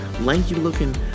lanky-looking